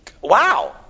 Wow